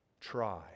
try